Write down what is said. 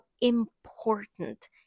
important